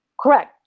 Correct